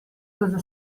cosa